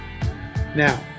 Now